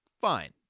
fine